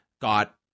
got